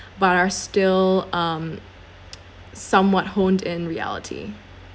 but are still um somewhat honed in reality